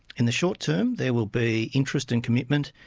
in the short term there will be interesting commitment,